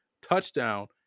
touchdown